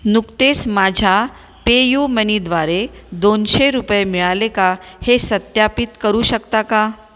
नुकतेच माझ्या पेयुमनीद्वारे दोनशे रुपये मिळाले का हे सत्यापित करू शकता का